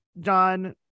John